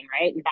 right